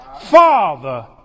Father